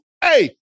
hey